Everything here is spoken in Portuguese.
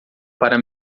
para